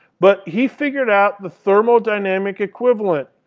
but he figured out the thermo dynamic equivalent.